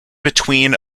between